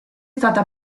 stata